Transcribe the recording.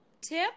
tip